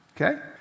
Okay